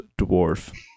dwarf